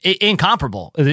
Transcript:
incomparable